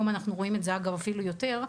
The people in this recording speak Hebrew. היום אנחנו רואים את זה עוד יותר,